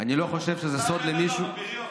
אני לא חושב שזה סוד עבור מישהו,